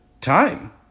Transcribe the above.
time